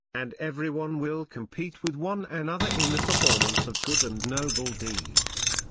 and everyone will compete with one another in the performance of good and noble deeds.